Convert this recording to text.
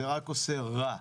זה רק עושה רע.